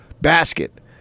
basket